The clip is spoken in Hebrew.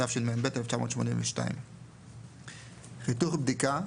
התשמ"ב-1982; "חיתוך בדיקה",